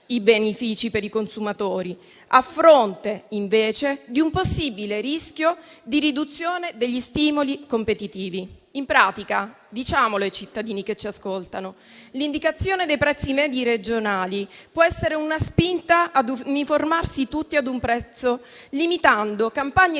i benefici per i consumatori a fronte invece di un possibile rischio di riduzione degli stimoli competitivi». Diciamolo ai cittadini che ci ascoltano: in pratica, l'indicazione dei prezzi medi regionali può essere una spinta ad uniformarsi tutti ad un prezzo, limitando campagne